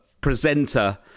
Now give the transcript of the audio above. presenter